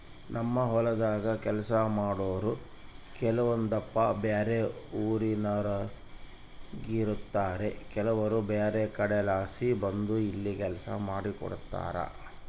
ನಮ್ಮ ಹೊಲದಾಗ ಕೆಲಸ ಮಾಡಾರು ಕೆಲವೊಂದಪ್ಪ ಬ್ಯಾರೆ ಊರಿನೋರಾಗಿರುತಾರ ಕೆಲವರು ಬ್ಯಾರೆ ಕಡೆಲಾಸಿ ಬಂದು ಇಲ್ಲಿ ಕೆಲಸ ಮಾಡಿಕೆಂಡಿರ್ತಾರ